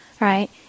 right